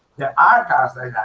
yeah are cars like